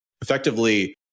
Effectively